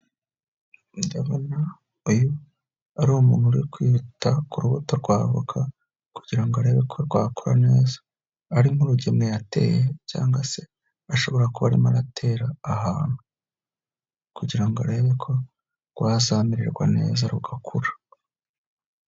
Ndabona uyu ari umuntu, uri kwita ku rubuto rwa avoka kugira ngo arebe ko rwakora neza, ari nk'urugemwe yateye cyangwa se ashobora kuba arimo aratera ahantu kugira ngo arebe ko rwazamererwa neza rugakura.